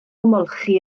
ymolchi